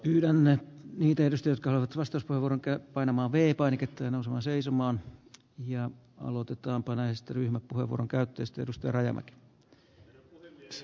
tilanne terästehtaat vastus koivuranta ja painamaan vie poikittain asua seisomaan ja aloitetaanpa näistä ryhmäpuheenvuoron käytti stetusta herra puhemies